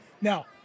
now